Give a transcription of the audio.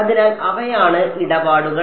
അതിനാൽ അവയാണ് ഇടപാടുകൾ